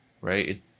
right